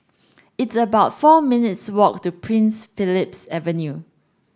it's about four minutes' walk to Prince Philip Avenue